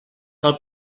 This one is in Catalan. cal